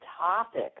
topic